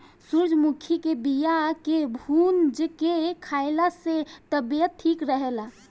सूरजमुखी के बिया के भूंज के खाइला से तबियत ठीक रहेला